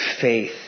faith